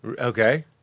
Okay